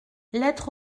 lettre